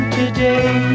today